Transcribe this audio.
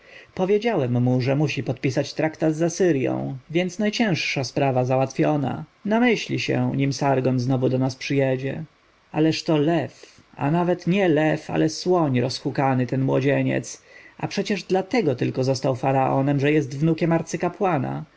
powiedziałem mu że musi podpisać traktat z asyrją więc najcięższa sprawa skończona namyśli się nim sargon znowu do nas przyjedzie ależ to lew a nawet nie lew ale słoń rozhukany ten młodzieniec a przecież dlatego tylko został faraonem że jest wnukiem arcykapłana